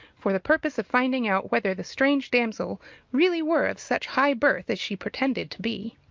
for the purpose of finding out whether the strange damsel really were of such high birth as she pretended to be.